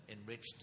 enriched